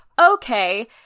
okay